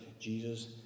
Jesus